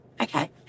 Okay